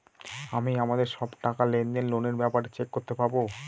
আমি আমাদের সব টাকা, লেনদেন, লোনের ব্যাপারে চেক করতে পাবো